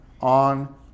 on